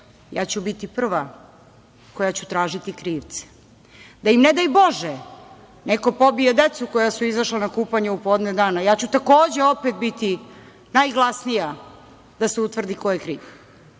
ja ću biti prva koja će tražiti krivce, da im ne daj Bože neko pobije decu koja su izašla na kupanje u podne dana, ja ću takođe biti opet najglasnija da se utvrdi ko je kriv. Ako